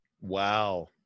wow